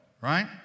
right